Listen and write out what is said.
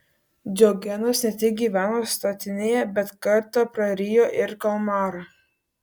diogenas ne tik gyveno statinėje bet kartą prarijo ir kalmarą